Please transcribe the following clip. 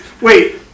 Wait